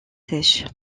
sèches